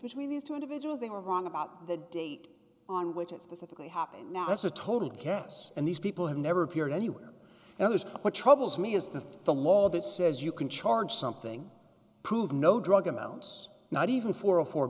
these two individuals they were wrong about the date on which it specifically happened now that's a total guess and these people have never appeared anywhere and there's what troubles me is that the law that says you can charge something prove no drug amounts not even for a for